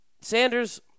Sanders